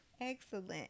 excellent